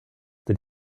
denn